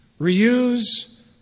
reuse